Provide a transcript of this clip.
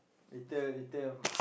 later later I